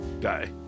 guy